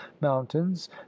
mountains